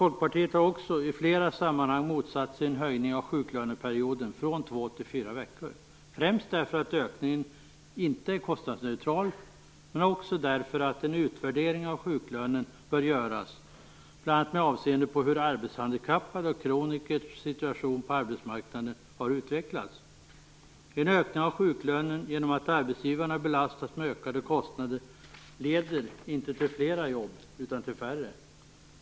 Folkpartiet har också i flera sammanhang motsatt sig en höjning av sjuklöneperioden från två till fyra veckor, främst därför att ökningen inte är kostnadsneutral, men också därför att en utvärdering av sjuklönen bör göras bl.a. med avseende på hur arbetshandikappades och kronikers situation på arbetsmarknaden har utvecklats. En ökning av sjuklönen genom att arbetsgivarna belastas med ökade kostnader leder inte till fler jobb utan till färre.